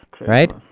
right